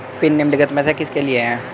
Pin निम्नलिखित में से किसके लिए है?